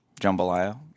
jambalaya